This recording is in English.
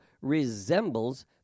resembles